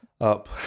up